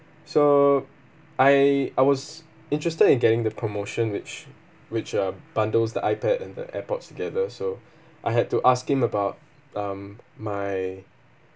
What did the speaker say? so I I was interested in getting the promotion which which uh bundles the iPad and the AirPods together so I had to ask him about um my